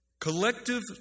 Collective